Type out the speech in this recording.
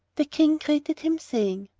the king greeted him, saying,